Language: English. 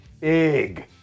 big